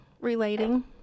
relating